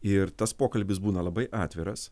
ir tas pokalbis būna labai atviras